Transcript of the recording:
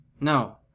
No